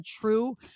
true